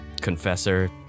confessor